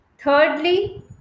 Thirdly